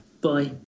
Bye